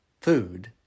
food